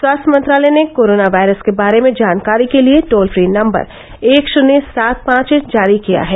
स्वास्थ्य मंत्रालय ने कोरोना वायरस के बारे में जानकारी के लिए टोल फ्री नम्बर एक शन्य सात पांच जारी किया है